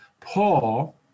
Paul